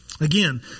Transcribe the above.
Again